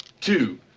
two